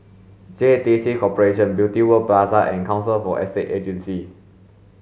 J T C Corporation Beauty World Plaza and Council for Estate Agencies